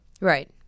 Right